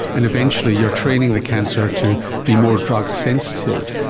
and eventually you are training the cancer to be more drug sensitive.